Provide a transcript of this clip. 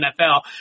NFL